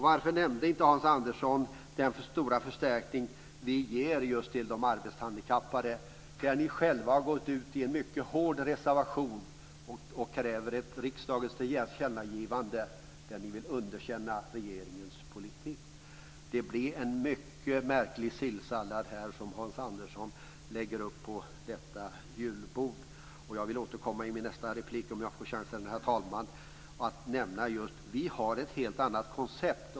Varför nämnde inte Hans Andersson den stora förstärkning vi ger just de arbetshandikappade? Där har ni själva gått ut i en mycket hård reservation och krävt riksdagens tillkännagivande där ni vill underkänna regeringens politik. Det blir en mycket märklig sillsallad som Hans Andersson lägger upp på detta julbord. Jag vill återkomma i min nästa replik, om jag får chansen, herr talman, för att nämna att vi har ett helt annat koncept.